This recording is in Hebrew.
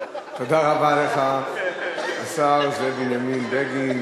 תודה רבה לך, השר זאב בנימין בגין.